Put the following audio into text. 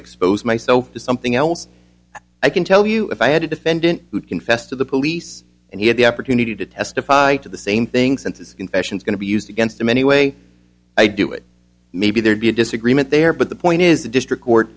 expose myself to something else i can tell you if i had a defendant who confessed to the police and he had the opportunity to testify to the same thing since it's confessions going to be used against him any way i do it maybe there'd be a disagreement there but the point is the district court